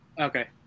Okay